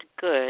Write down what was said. good